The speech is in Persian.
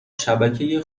شبکه